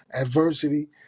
adversity